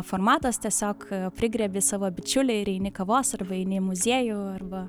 formatas tiesiog prigriebi savo bičiulį ir eini kavos arba eini į muziejų arba